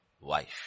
wife